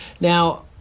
Now